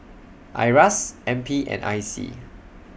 IRAS N P and I C